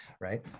right